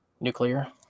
Nuclear